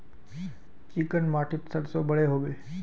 Chicken माटित सरसों बढ़ो होबे?